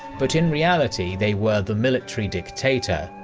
but in reality they were the military dictator,